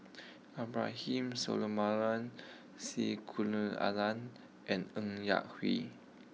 Abraham C and Ng Yak Whee